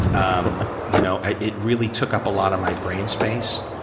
um you know ah it really took up a lot of my brain space